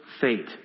fate